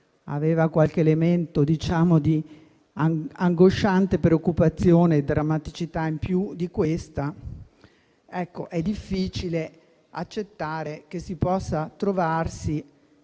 aveva qualche elemento di angosciante preoccupazione e drammaticità in più di quella attuale. È difficile accettare che ci si possa trovare